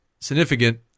significant